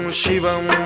shivam